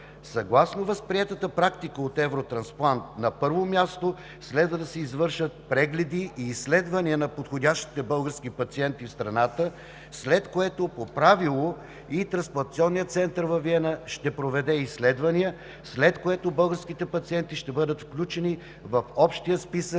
Съгласно възприетата практика от Евротрансплант, на първо място следва да се извършат прегледи и изследвания на подходящите български пациенти в страната, след което по правило и Трансплантационният център във Виена ще проведе изследвания, след което българските пациенти ще бъдат включени в общия списък